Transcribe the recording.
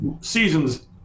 seasons